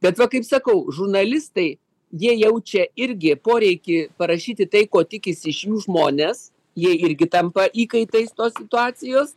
bet va kaip sakau žurnalistai jie jaučia irgi poreikį parašyti tai ko tikisi iš jų žmonės jie irgi tampa įkaitais tos situacijos